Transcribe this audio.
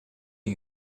you